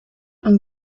und